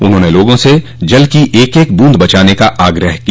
उन्होंने लोगों से जल की एक एक बूंद बचाने का आगह किया